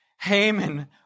Haman